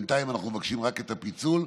בינתיים אנחנו מבקשים רק את הפיצול.